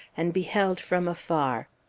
and beheld from afar.